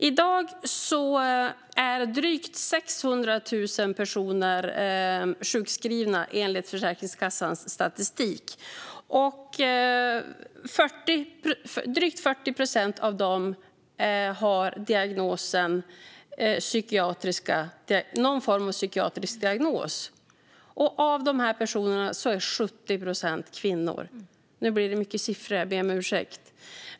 I dag är drygt 600 000 personer sjukskrivna, enligt Försäkringskassans statistik. Av dem har drygt 40 procent någon form av psykiatrisk diagnos, och av dem är 70 procent kvinnor. Nu blir det mycket siffror; jag ber om ursäkt.